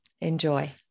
Enjoy